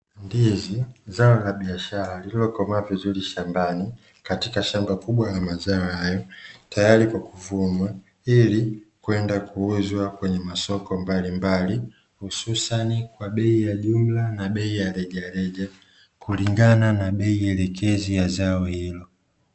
Ndizi zao la biashara lililokomaa vizuri shambani katika shamba kubwa la mazao hayo tayari kwa kuvunwa ili kwenda kuuzwa kwenye masoko mbalimbali hususani, kwa bei ya jumla na bei ya rejareja kulingana na bei elekezi ya zao.